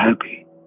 happy